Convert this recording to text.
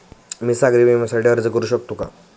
मी सागरी विम्यासाठी अर्ज करू शकते का?